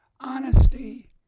honesty